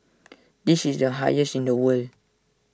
this is the highest in the world